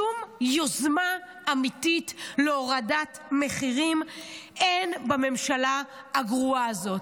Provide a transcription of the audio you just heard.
שום יוזמה אמיתית להורדת מחירים אין בממשלה הגרועה הזאת,